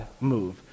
move